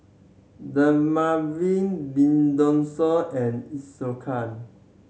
Dermaveen and Isocal